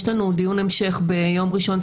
יש לנו דיון המשך ביום ראשון,